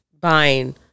buying